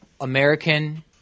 American